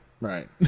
right